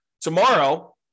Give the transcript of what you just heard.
tomorrow